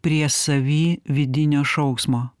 prie savy vidinio šauksmo